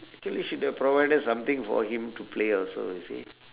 actually should have provided something for him to play also you see